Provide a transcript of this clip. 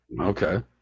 Okay